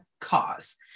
cause